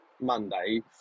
Monday